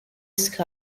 ski